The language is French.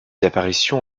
apparitions